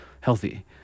healthy